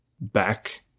back